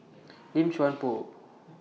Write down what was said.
Lim Chuan Poh